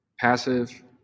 passive